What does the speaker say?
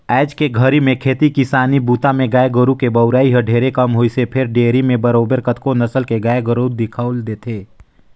आयज के घरी में खेती किसानी बूता में गाय गोरु के बउरई हर ढेरे कम होइसे फेर डेयरी म बरोबर कतको नसल के गाय गोरु दिखउल देथे